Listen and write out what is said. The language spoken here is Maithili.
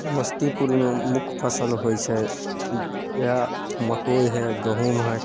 समस्तीपुरमे मुख्य फसल होइ छै वएह मकइ हइ गहुम हइ